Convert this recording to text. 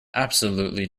absolutely